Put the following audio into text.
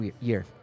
year